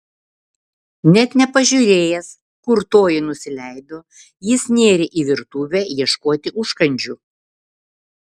net nepažiūrėjęs kur toji nusileido jis nėrė į virtuvę ieškoti užkandžių